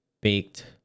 baked